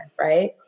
right